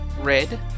red